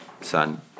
son